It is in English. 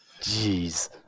Jeez